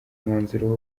umwanzuro